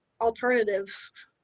alternatives